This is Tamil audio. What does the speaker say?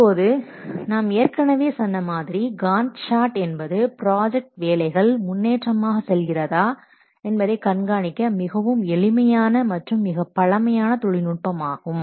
இப்போது நாம் ஏற்கனவே சொன்ன மாதிரி காண்ட் சார்ட் என்பது ப்ராஜெக்ட் வேலைகள் முன்னேற்றமாக செல்கிறதா என்பதை கண்காணிக்க மிகவும் எளிமையான மற்றும் மிகப் பழமையான தொழில் நுட்பமாகும்